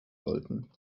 sollten